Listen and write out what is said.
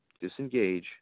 Disengage